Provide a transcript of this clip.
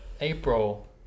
April